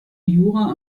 jura